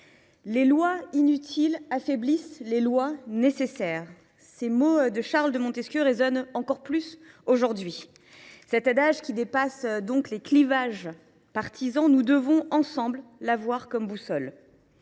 les lois inutiles affaiblissent les lois nécessaires »: ces mots de Charles de Montesquieu résonnent encore plus fortement aujourd’hui. Cet adage, qui dépasse les clivages partisans, nous devons, ensemble, l’avoir comme boussole.